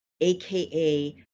aka